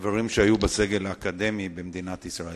חברים שהיו בסגל האקדמי במדינת ישראל.